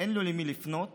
אין למי לפנות